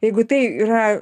jeigu tai yra